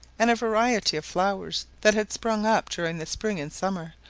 and a variety of flowers that had sprung up during the spring and summer,